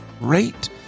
rate